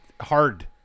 hard